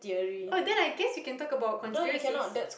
oh then I guess you can talk about conspiracies